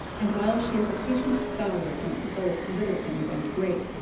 and while she is a patient scholar in both little things and great,